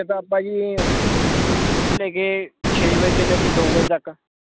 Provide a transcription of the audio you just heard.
ਤਾਂ ਆਪਾਂ ਜੀ ਲੈ ਕੇ ਛੇ ਵਜੇ ਤੋਂ ਲੈ ਕੇ ਦੋ ਵਜੇ ਤੱਕ